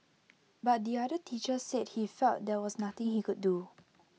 but the other teacher said he felt there was nothing he could do